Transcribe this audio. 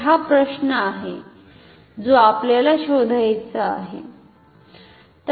तर हा प्रश्न आहे जो आपल्याला शोधायचा आहे